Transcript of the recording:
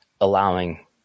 allowing